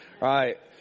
right